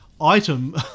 item